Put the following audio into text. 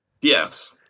Yes